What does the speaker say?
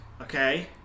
okay